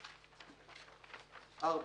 (4)